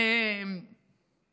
באמת, בחייאת.